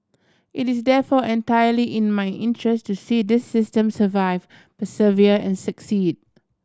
it is therefore entirely in my interest to see this system survive persevere and succeed